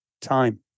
time